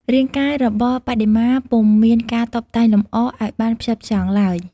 រាងកាយរបស់បដិមា ពុំមានការតុបតែងលម្អឱ្យបានផ្ចិតផ្ចង់ឡើយ។